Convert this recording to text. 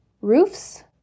Roofs